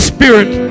Spirit